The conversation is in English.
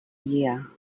year